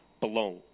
belong